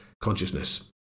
consciousness